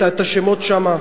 את השמות שמה.